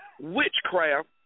Witchcraft